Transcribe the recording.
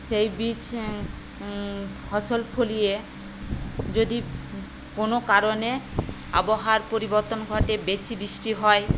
সেই বীজ ফসল ফলিয়ে যদি কোনো কারণে আবহাওয়ার পরিবর্তন ঘটে বেশি বৃষ্টি হয়